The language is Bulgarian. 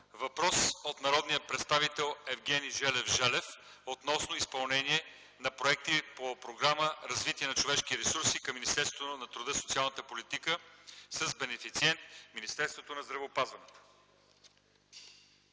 Борисова от народния представител Евгений Желев Желев относно изпълнение на проекти по Програма „Развитие на човешките ресурси” към Министерството на труда и социалната политика с бенефициент Министерството на здравеопазването.